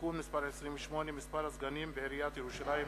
(תיקון מס' 28) (מספר הסגנים בעיריית ירושלים),